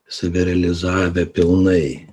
save realizavę pilnai